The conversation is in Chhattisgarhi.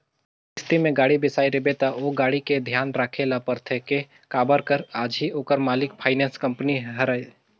किस्ती में गाड़ी बिसाए रिबे त ओ गाड़ी के धियान राखे ल परथे के काबर कर अझी ओखर मालिक फाइनेंस कंपनी हरय